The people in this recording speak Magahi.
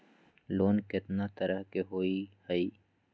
लोन केतना तरह के होअ हई?